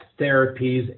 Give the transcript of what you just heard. therapies